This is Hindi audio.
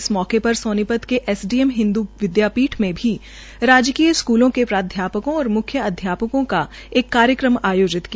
इस मौके र सोनी त K M M Hindu Vidyapeeth में भी राजकीय स्कूलों के प्राधया कों और म्ख्य अध्या कों का कार्यक्रम आयोजिक किया